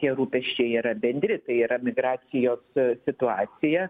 tie rūpesčiai yra bendri tai yra migracijos situacija